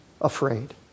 afraid